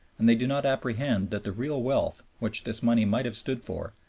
and they do not apprehend that the real wealth, which this money might have stood for,